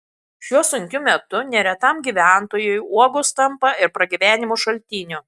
šiuo sunkiu metu neretam gyventojui uogos tampa ir pragyvenimo šaltiniu